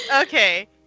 Okay